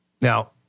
now